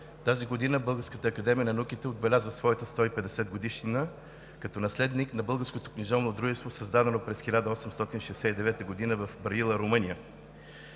Тази година Българската академия на науките отбелязва своята 150-годишнина като наследник на българското книжовно дружество, създадено през 1869 г. в Браила, Румъния.